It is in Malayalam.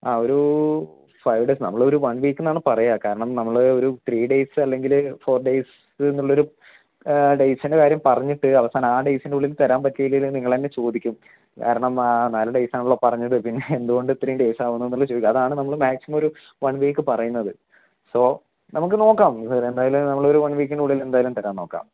ആ ഒരു ഫൈ ഡെയ്സ് നമ്മളൊരു വൺ വീക്ക് എന്നാണ് പറയുക കാരണം നമ്മൾ ഒരു ത്രീ ഡെയ്സ് അല്ലെങ്കിൽ ഫോർ ഡെയ്സ് എന്നുള്ള ഒരു ഡെയ്സ് എന്ന കാര്യം പറഞ്ഞിട്ട് അവസാനം ആ ഡെയ്സിനുള്ളിൽ തരാൻ പറ്റിയില്ലെങ്കിൽ നിങ്ങളുതന്നെ ചോദിക്കും കാരണം നാല് ഡെയ്സ് ആണല്ലോ പറഞ്ഞത് പിന്നെ എന്ത് കൊണ്ട് ഇത്രയും ഡെയ്സ് ആവുന്നു എന്നുള്ളത് ചോദിക്കും അതാണ് നമ്മൾ മാക്സിമം ഒരു വൺ വീക്ക് പറയുന്നത് സോ നമുക്ക് നോക്കാം ഇനിയിപ്പം രണ്ടായാലും നമ്മളൊരു വൺ വീക്കിനുള്ളിലെന്തായാലും തരാൻ നോക്കാം